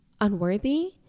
unworthy